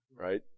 Right